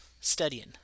studying